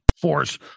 force